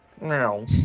No